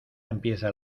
empieza